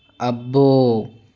అబ్బో